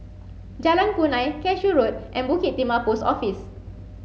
Jalan Punai Cashew Road and Bukit Timah Post Office